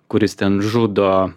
kuris ten žudo